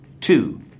Two